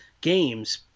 games